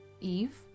Eve